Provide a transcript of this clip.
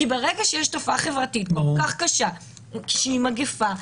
כי ברגע שיש תופעה חברתית כל-כך קשה שהיא מגפה,